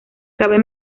cabe